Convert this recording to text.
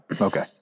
Okay